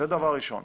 דבר שני.